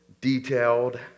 detailed